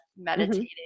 meditating